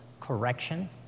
correction